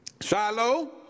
Shiloh